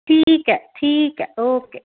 ਠੀਕ ਹੈ ਠੀਕ ਹੈ ਓਕੇ